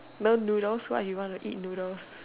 no noodles why you want to eat noodles